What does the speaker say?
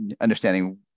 understanding